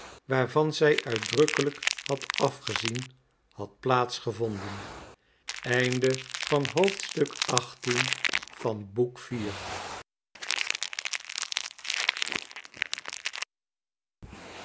waarvan zij uitdrukkelijk had afgezien had plaats gevonden